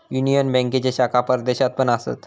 union बँकेचे शाखा परदेशात पण असत